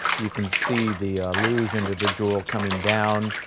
you can see the luge individual coming down,